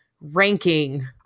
ranking